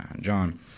John